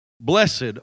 blessed